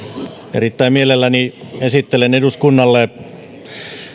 erittäin mielelläni esittelen eduskunnalle